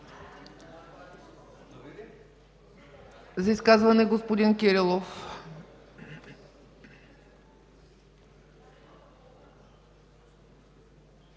За изказване – господин Кирилов.